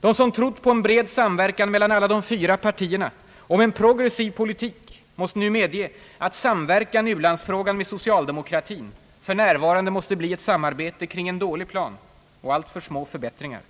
De som trott på en bred samverkan mellan alla fyra partierna om en progressiv politik måste nu medge att samverkan i u-landsfrågan med socialdemokratin för närvarande måste bli ett samarbete om en dålig plan och om alltför små förbättringar.